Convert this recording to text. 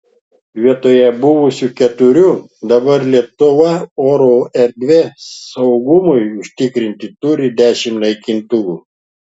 vietoje buvusių keturių dabar lietuva oro erdvės saugumui užtikrinti turi dešimt naikintuvų